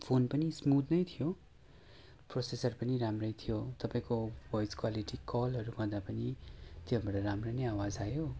phone पनि smooth नै थियो प्रोसेसर पनि राम्रै थियो तपाईँको भोइस क्वालिटी कलहरू गर्दा पनि त्यहाँबाट राम्रो नै आवाज आयो